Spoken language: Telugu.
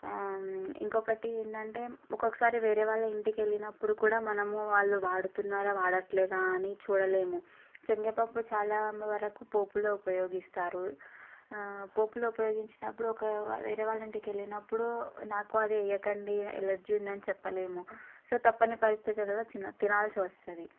ఇంకొకటి ఏంటంటే ఒక్కొక్కసారి వేరే వాళ్ళ ఇంటికి వెళ్ళినప్పుడు కూడా మనము వాళ్ళు వాడుతున్నారా వాడట్లేదా అని చూడలేము శనగపప్పు చాలా వరకు పోపులో ఉపయోగిస్తారు పోపులో ఉపయోగించినప్పుడు ఒక వేరే వాళ్ళింటికి వెళ్ళినప్పుడు నాకు అది వేయకండి ఎలర్జీ ఉందని చెప్పలేము సో తప్పని పరిస్థితులలో చిన తినాల్సి వస్తుంది